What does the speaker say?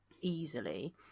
easily